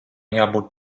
jābūt